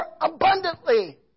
abundantly